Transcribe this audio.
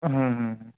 হুম হুম হুম